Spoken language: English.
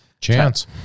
Chance